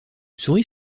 souris